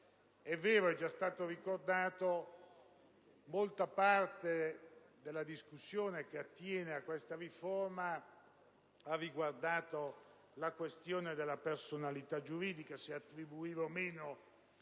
È vero, è già stato ricordato, che molta parte della discussione che attiene a questa riforma ha riguardato la questione della personalità giuridica: se attribuire o meno